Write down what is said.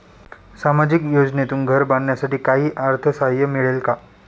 सामाजिक योजनेतून घर बांधण्यासाठी काही अर्थसहाय्य मिळेल का?